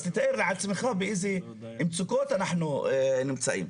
אז תתאר לעצמך באיזה מצוקות אנחנו נמצאים.